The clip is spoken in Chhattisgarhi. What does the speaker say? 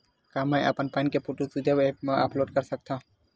का मैं अपन पैन के फोटू सीधा ऐप मा अपलोड कर सकथव?